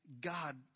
God